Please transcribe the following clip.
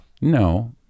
No